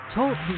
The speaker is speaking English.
Talk